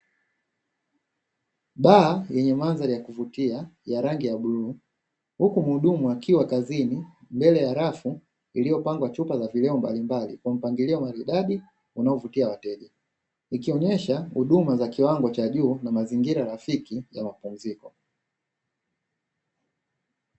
Baa yenye mandhari ya kuvutia ya rangi ya bluu huku muhudumu akiwa kazini mbele ya meza iliyopangwa chupa za vileo mbalimbali, na mpangilio maridadi unaovutia wateja ikionesha huduma za kiwango cha juu na mazingira rafiki ya mapumziko.